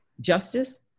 justice